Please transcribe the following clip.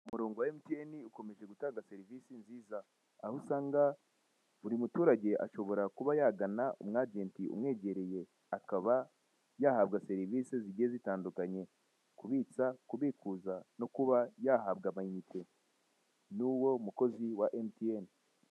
Umurongo wa MTN ukomeje gutanga serivisi nziza, aho usanga buri muturage ashobora kuba yagana umwajenti umwegereye, akaba yahabwa serivisi zigiye zitandukanye, kubitsa, kubikuza no kuba yahabwa amayinite n'uwo mukozi wa MTN.